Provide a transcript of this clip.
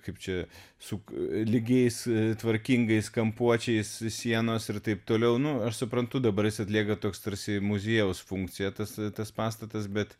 kaip čia su lygiais tvarkingais kampuočiais sienos ir taip toliau nu aš suprantu dabar jis atlieka to tarsi muziejaus funkciją tas tas pastatas bet